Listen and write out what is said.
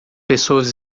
pessoas